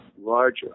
larger